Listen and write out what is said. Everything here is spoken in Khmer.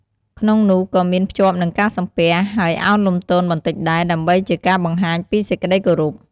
ក្នុងនោះក៏មានភ្ជាប់នឹងការសំពះហើយឱនលំទោនបន្តិចដែរ ដើម្បីជាការបង្ហាញពីសេចក្តីគោរព។